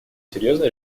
серьезно